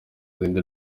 zindi